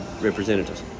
representatives